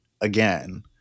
again